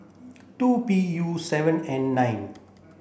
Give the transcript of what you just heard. two P U seven N nine